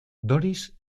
doris